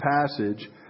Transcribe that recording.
passage